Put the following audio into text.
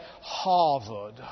Harvard